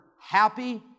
happy